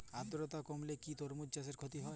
আদ্রর্তা কমলে কি তরমুজ চাষে ক্ষতি হয়?